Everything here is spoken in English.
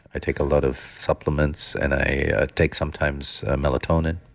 i take a lot of supplements and i take sometimes, melatonin